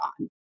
on